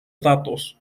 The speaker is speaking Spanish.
datos